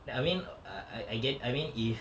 like I mean err I get I mean if